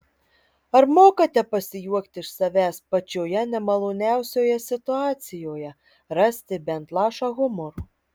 ar mokate pasijuokti iš savęs pačioje nemaloniausioje situacijoje rasti bent lašą humoro